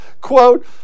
quote